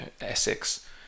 Essex